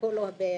שלחו לו בצנעא,